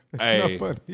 Hey